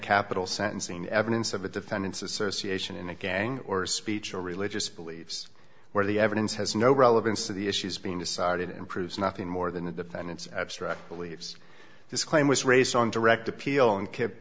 capital sentencing evidence of the defendant's association in a gang or speech or religious beliefs where the evidence has no relevance to the issues being decided and proves nothing more than the defendant's abstract believes this claim was raised on direct appeal and k